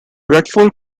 radford